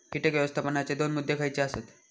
कीटक व्यवस्थापनाचे दोन मुद्दे खयचे आसत?